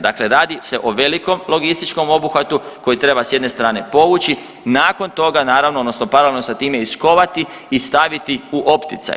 Dakle radi se o velikom logističkog obuhvatu koji treba s jedne strane povući, nakon toga, naravno, odnosno paralelno sa time iskovati i staviti u opticaj.